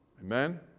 Amen